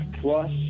plus